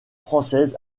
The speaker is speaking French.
française